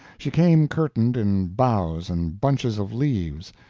she came curtained in boughs and bunches of leaves,